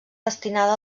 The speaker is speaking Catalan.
destinada